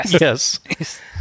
yes